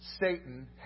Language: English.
Satan